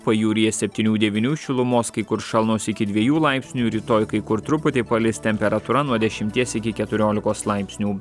pajūryje septynių devynių šilumos kai kur šalnos iki dviejų laipsnių rytoj kai kur truputį palis temperatūra nuo dešimties iki keturiolikos laipsnių